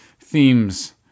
themes